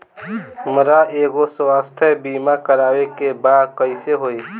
हमरा एगो स्वास्थ्य बीमा करवाए के बा कइसे होई?